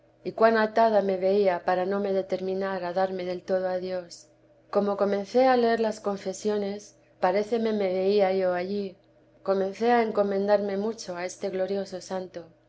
y cuan atada me veía para no me determinar a darme del todo a dios como comencé a leer las confesiones paréceme me veía yo allí comencé a encomendarme mucho a este glorioso santo